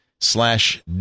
slash